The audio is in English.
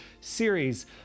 series